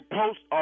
post